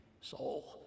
soul